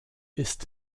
ist